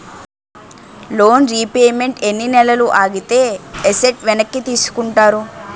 Loan repayment ఎన్ని నెలలు ఆగితే ఎసట్ వెనక్కి తీసుకుంటారు?